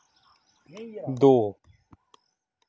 दो